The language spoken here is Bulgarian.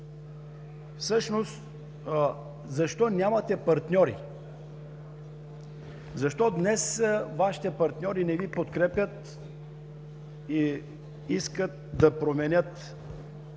всъщност нямате партньори? Защо днес Вашите партньори не Ви подкрепят и искат да променят онези